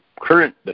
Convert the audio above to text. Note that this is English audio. current